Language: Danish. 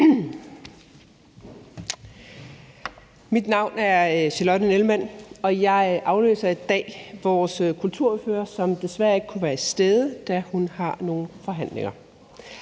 Mit navn er Charlotte Nellemann, og jeg afløser i dag vores kulturordfører, som desværre ikke kunne være til stede, da hun har nogle forhandlinger.